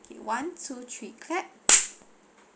okay one two three clap